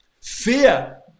Fear